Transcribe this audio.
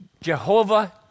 Jehovah